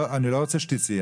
אני לא רוצה שתצאי,